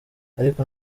ariko